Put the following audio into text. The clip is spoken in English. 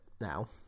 now